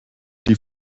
die